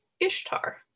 Ishtar